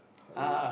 Halloween